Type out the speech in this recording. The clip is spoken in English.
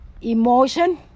emotion